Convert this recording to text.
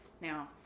Now